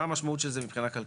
מה המשמעות של זה מבחינה כלכלית?